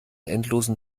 endlosen